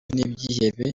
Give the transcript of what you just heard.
n’ibyihebe